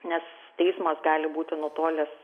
nes teismas gali būti nutolęs